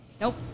Nope